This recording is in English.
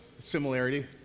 Similarity